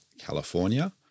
California